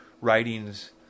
writings